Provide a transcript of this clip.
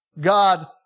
God